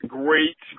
great